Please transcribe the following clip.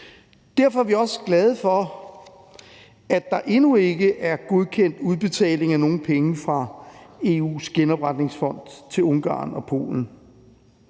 Derfor er vi også glade for, at der endnu ikke er godkendt udbetaling af nogen penge fra EU's genopretningsfond til Ungarn og Polen.